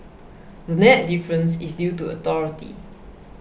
the net difference is due to authority